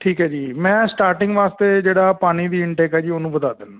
ਠੀਕ ਹੈ ਜੀ ਮੈਂ ਸਟਾਰਟਿੰਗ ਵਾਸਤੇ ਜਿਹੜਾ ਪਾਣੀ ਦੀ ਇਨਟੇਕ ਆ ਜੀ ਉਹਨੂੰ ਵਧਾ ਦਿੰਦਾ